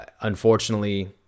unfortunately